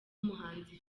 umuhanzi